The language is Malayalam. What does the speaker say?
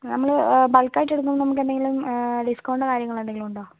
നമ്മൾ ബൾക്ക് ആയിട്ട് എടുക്കുമ്പോൾ നമുക്കെന്തെങ്കിലും ഡിസ്കൗണ്ടോ കാര്യങ്ങളോ എന്തെങ്കിലും ഉണ്ടോ